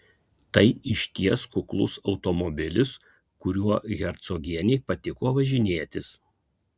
tai išties kuklus automobilis kuriuo hercogienei patiko važinėtis